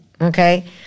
okay